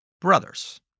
brothers